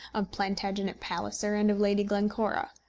of plantagenet palliser, and of lady glencora?